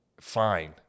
fine